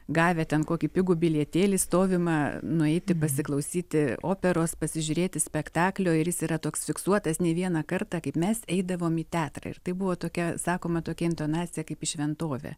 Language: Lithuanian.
gavę ten kokį pigų bilietėlį stovimą nueiti pasiklausyti operos pasižiūrėti spektaklio ir jis yra toks fiksuotas ne vieną kartą kaip mes eidavom į teatrą ir tai buvo tokia sakoma tokia intonacija kaip į šventovę